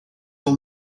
will